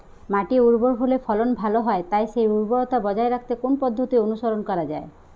মাটি উর্বর হলে ফলন ভালো হয় তাই সেই উর্বরতা বজায় রাখতে কোন পদ্ধতি অনুসরণ করা যায়?